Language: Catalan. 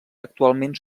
actualment